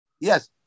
Yes